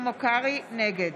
נגד